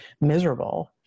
miserable